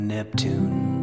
Neptune